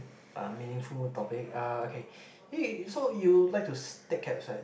uh meaningful topic uh okay yo~ so you like to take cabs right